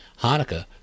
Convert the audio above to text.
Hanukkah